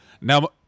Now